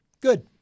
good